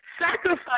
sacrifice